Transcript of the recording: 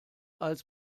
als